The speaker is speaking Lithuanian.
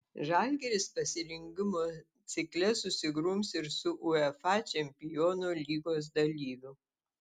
žalgiris pasirengimo cikle susigrums ir su uefa čempionų lygos dalyviu